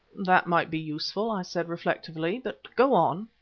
that might be useful, i said, reflectively, but go on.